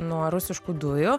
nuo rusiškų dujų